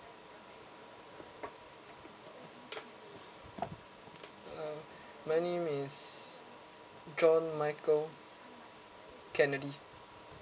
uh my name is john michael kennedy